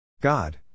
God